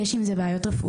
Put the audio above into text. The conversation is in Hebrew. יש עם זה בעיות רפואיות.